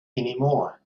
anymore